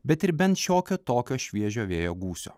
bet ir bent šiokio tokio šviežio vėjo gūsio